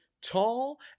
tall